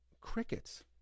crickets